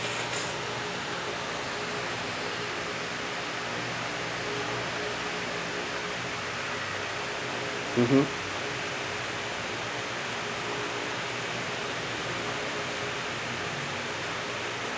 mmhmm